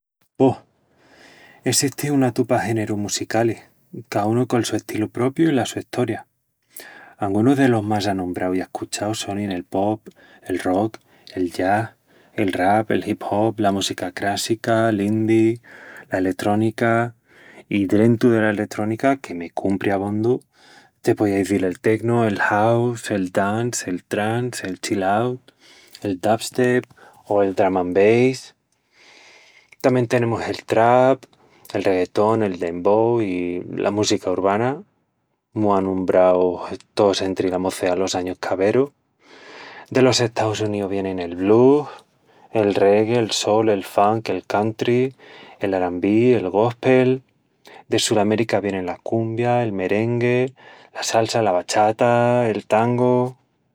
Boh... essisti una tupa génerus musicalis, ca unu col su estilu propiu i la su estoria. Angunus delos más anombraus i ascuchaus sonin el pop, el rock, el jazz, el rap, el hip hop, la música crássica, l'indie, la eletrónica... I drentu dela eletrónica, que me cumpri abondu, te poía izil el techno, el house, el dance, el trance, el chill out, el dubstep o el drum and bass... Tamién tenemus el trap, el reguetón, el dembow i la música urbana, mu anombraus tós entri la moceá los añus caberus. Delos Estaus Uníus vienin el blues, el reggae, el soul, el funk, el country, el R&B, el gospel... De Sulamérica vienin la cumbia, el merengue, la salsa, la bachata, el tango...